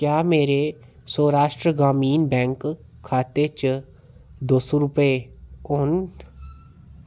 क्या मेरे सौराश्ट्र ग्रामीण बैंक खाते च दो सौ रूपेऽ होङन